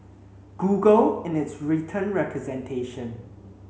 google in its written representation